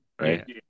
right